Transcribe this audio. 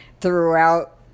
throughout